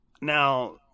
now